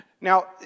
Now